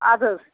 اَدٕ حظ